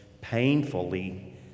painfully